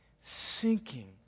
sinking